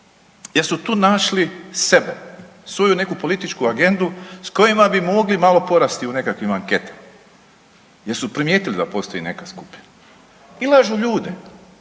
Jel su tu našli sebe, svoju neku političku agendu s kojima bi mogli malo porasti u nekakvim anketama jer su primijetili da postoji neka skupina i lažu ljude